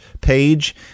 page